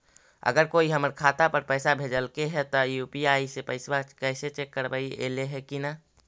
अगर कोइ हमर खाता पर पैसा भेजलके हे त यु.पी.आई से पैसबा कैसे चेक करबइ ऐले हे कि न?